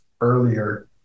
earlier